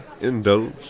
indulge